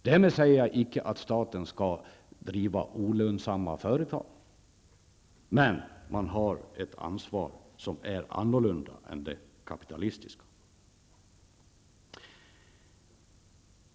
Därmed säger jag icke att staten skall driva olönsamma företag, men man har ett ansvar som är annorlunda än det kapitalistiska.